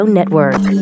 Network